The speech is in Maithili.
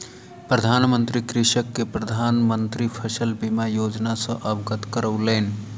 प्रधान मंत्री कृषक के प्रधान मंत्री फसल बीमा योजना सॅ अवगत करौलैन